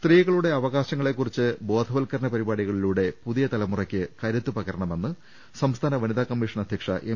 സ്ത്രീകളുടെ അവകാശത്തെക്കുറിച്ച് ബോധവൽക്കരണ പരി പാടികളിലൂടെ പുതിയ തലമുറയ്ക്ക് കരുത്ത് പകരണമെന്ന് സംസ്ഥാന വനിതാ കമ്മീഷൻ അധ്യക്ഷ എം